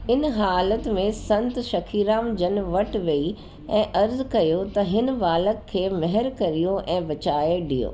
इन हालति में संत शखीराम जन वटि वई ऐं अर्ज़ कयो त हिन बालक खे महिर करियो ऐं बचाए ॾियो